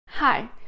Hi